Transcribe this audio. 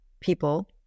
people